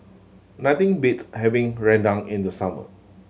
nothing beats having rendang in the summer